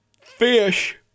Fish